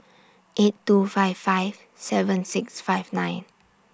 eight two five five seven six five nine